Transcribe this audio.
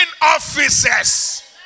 officers